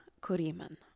Kuriman